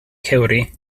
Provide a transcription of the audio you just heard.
cewri